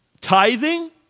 Tithing